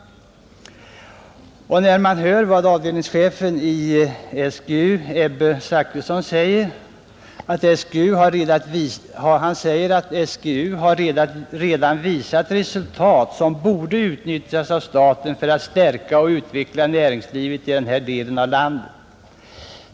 Avdelningschefen i SGU Ebbe Zachrisson säger, att SGU har visat resultat som borde utnyttjas av staten för att stärka och utveckla näringslivet i den här delen av landet.